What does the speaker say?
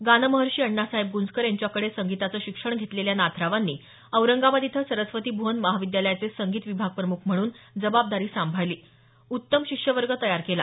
गानमहर्षी अण्णासाहेब ग्रंजकर यांच्याकडे संगीताचं शिक्षण घेतलेल्या नाथरावांनी औरंगाबाद इथं सरस्वती भुवन महाविद्यालयाचे संगीत विभाग प्रमुख म्हणून जबाबदारी सांभाळली उत्तम शिष्यवर्ग तयार केला